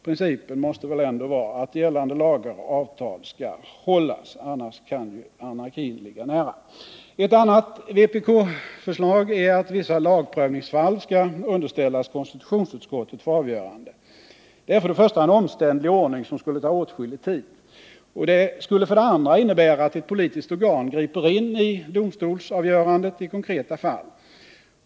Principen måste väl ändå vara att gällande lagar och avtal skall hållas; annars kan anarkin ligga nära. Ett annat vpk-förslag är att vissa lagprövningsfall skall underställas konstitutionsutskottet för avgörande. Det är för det första en omständlig ordning, som skulle ta åtskillig tid. Det skulle för det andra innebära att ett politiskt organ griper in i domstolsavgörandet i konkreta fall.